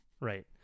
Right